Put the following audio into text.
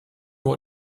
what